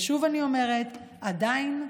שוב אני אומרת: עדיין,